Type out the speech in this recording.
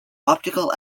optical